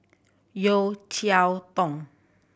Yeo Cheow Tong